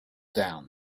down